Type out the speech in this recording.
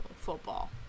football